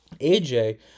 AJ